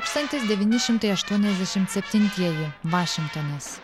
tūkstantis devyni šimtai aštuoniasdešimt septintieji vašingtonas